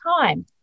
time